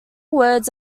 words